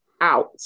out